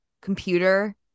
computer